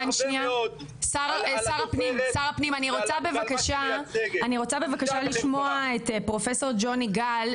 אני רוצה בבקשה לשמוע את פרופ' ג'וני גל,